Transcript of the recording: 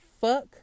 fuck